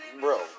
bro